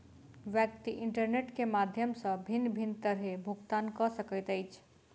व्यक्ति इंटरनेट के माध्यम सॅ भिन्न भिन्न तरहेँ भुगतान कअ सकैत अछि